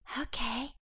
Okay